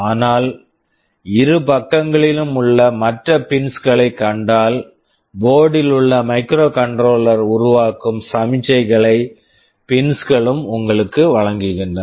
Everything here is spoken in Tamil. ஆனால் இரு பக்கங்களிலும் உள்ள மற்ற பின்ஸ் pins களைக் கண்டால் போர்ட்டு board ல் உள்ள மைக்ரோகண்ட்ரோலர் microcontroller உருவாக்கும் சமிக்ஞைகளை பின்ஸ் pins களும் உங்களுக்கு வழங்குகின்றன